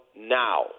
now